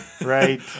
right